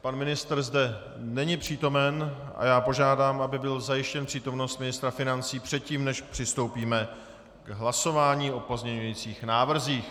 Pan ministr zde není přítomen a já požádám, aby byla zajištěna přítomnost ministra financí předtím, než přistoupíme k hlasování o pozměňovacích návrzích.